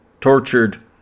tortured